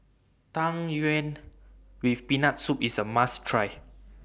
Tang Yuen with Peanut Soup IS A must Try